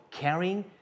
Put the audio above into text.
caring